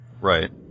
Right